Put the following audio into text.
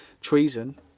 treason